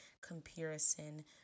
comparison